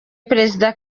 perezida